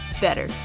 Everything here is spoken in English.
better